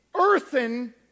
earthen